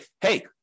hey